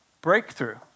breakthrough